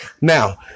Now